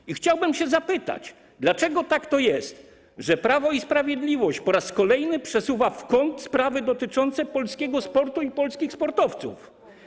I chciałbym się zapytać: Dlaczego tak to jest, że Prawo i Sprawiedliwość po raz kolejny przesuwa w kąt sprawy dotyczące polskiego sportu i polskich sportowców?